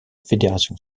fédération